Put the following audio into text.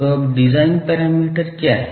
तो अब design parameter क्या हैं